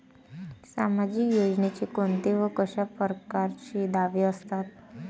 सामाजिक योजनेचे कोंते व कशा परकारचे दावे असतात?